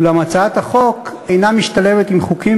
אולם הצעת החוק אינה משתלבת עם חוקים